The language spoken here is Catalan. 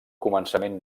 començament